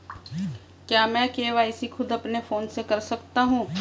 क्या मैं के.वाई.सी खुद अपने फोन से कर सकता हूँ?